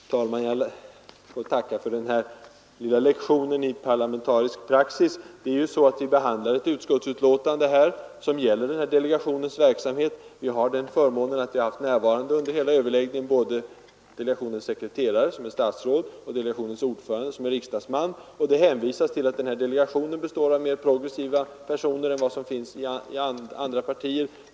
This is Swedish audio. Herr talman! Jag får tacka för den lilla lektionen i parlamentarisk praxis. Vi behandlar här ett utskottsbetänkande som gäller delegationens verksamhet. Vi har haft förmånen att under hela överläggningen ha närvarande både delegationens tidigare sekreterare, som är statsråd, och delegationens ordförande, som är riksdagsman. Det hänvisas till att denna delegation består av mera progressiva personer än vad som finns i andra partier.